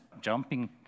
jumping